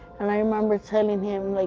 and i remember telling him, like,